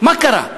מה קרה?